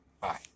Bye